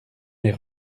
les